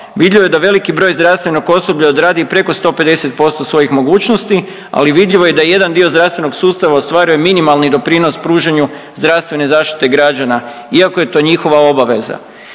Vidljivo je da veliki broj zdravstvenog osoblja odradi i preko 150% svojih mogućnosti, ali vidljivo je i da jedan dio zdravstvenog sustava ostvaruje minimalni doprinos pružanju zdravstvene zaštite građana iako je to njihova obaveza.